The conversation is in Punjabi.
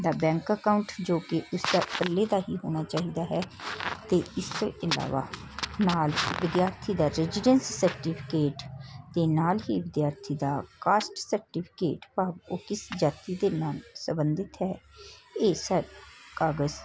ਦਾ ਬੈਂਕ ਅਕਾਊਂਟ ਜੋ ਕਿ ਉਸ ਦਾ ਇਕੱਲੇ ਦਾ ਹੀ ਹੋਣਾ ਚਾਹੀਦਾ ਹੈ ਅਤੇ ਇਸ ਤੋਂ ਇਲਾਵਾ ਨਾਲ ਵਿਦਿਆਰਥੀ ਦਾ ਰੈਜੀਡੈਂਸ ਸਰਟੀਫਿਕੇਟ ਅਤੇ ਨਾਲ ਹੀ ਵਿਦਿਆਰਥੀ ਦਾ ਕਾਸਟ ਸਰਟੀਫਿਕੇਟ ਭਾਵ ਉਹ ਕਿਸ ਜਾਤੀ ਦੇ ਨਾਲ ਸੰਬੰਧਿਤ ਹੈ ਇਹ ਸਭ ਕਾਗਜ਼